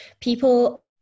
people